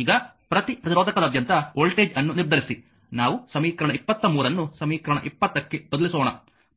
ಈಗ ಪ್ರತಿ ಪ್ರತಿರೋಧಕದಾದ್ಯಂತ ವೋಲ್ಟೇಜ್ ಅನ್ನು ನಿರ್ಧರಿಸಿ ನಾವು ಸಮೀಕರಣ 23 ಅನ್ನು ಸಮೀಕರಣ 20 ಕ್ಕೆ ಬದಲಿಸೋಣ